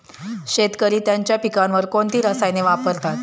शेतकरी त्यांच्या पिकांवर कोणती रसायने वापरतात?